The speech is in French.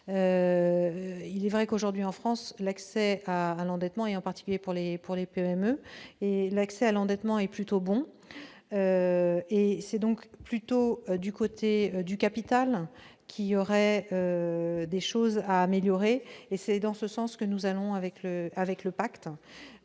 il est vrai qu'aujourd'hui, en France, l'accès à l'endettement, en particulier pour les PME, est plutôt bon. C'est donc plutôt du côté du capital qu'il y aurait des choses à améliorer. C'est dans ce sens que nous allons avec le PACTE.